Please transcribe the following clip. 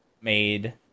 made